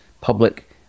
public